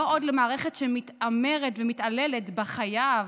לא עוד למערכת שמתעמרת ומתעללת בחייב,